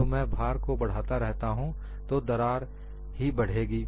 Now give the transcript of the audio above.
जब मैं भार को बढ़ाता रहता हूं तो दरार ही बढ़ेगी